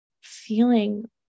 feeling